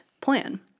plan